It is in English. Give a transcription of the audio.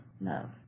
love